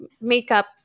makeup